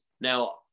now